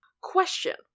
Question